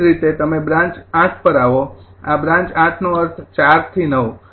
એ જ રીતે તમે બ્રાન્ચ ૮ પર આવો બ્રાન્ચ ૮ નો અર્થ ૪ થી ૯